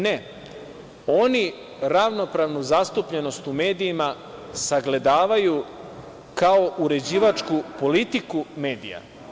Ne, oni ravnopravnu zastupljenost u medijima sagledavaju kao uređivačku politiku medija.